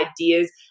ideas